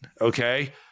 Okay